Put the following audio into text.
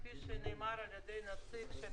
כפי שנאמר על ידי הנציג של